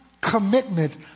commitment